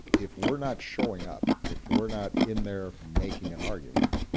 if we're not showing up, if we're not in there making an argument,